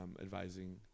advising